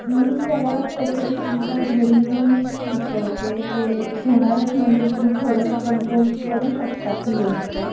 मी त्याला स्पेशली तुमच्या घरी येऊन शिकवते ते होणारच म्हणजे तुम्ही थोडंसं कंट्रोल करू शकता ती गोष्ट